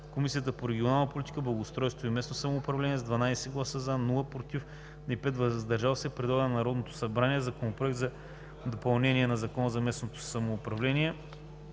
Комисията по регионална политика, благоустройство и местно самоуправление: - с 12 гласа „за“, без „против“ и 5 гласа „въздържал се“ предлага на Народното събрание Законопроект за допълнение на Закона за местното самоуправление